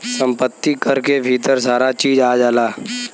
सम्पति कर के भीतर सारा चीज आ जाला